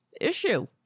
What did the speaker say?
issue